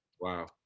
Wow